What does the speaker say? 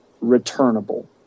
returnable